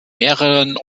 mehreren